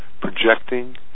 projecting